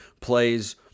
plays